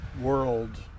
world